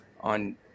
on